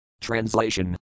Translation